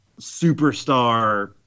superstar